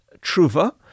truva